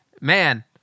man